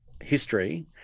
history